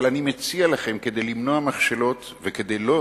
אבל אני מציע לכם, כדי למנוע מכשלות וכדי לא